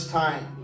time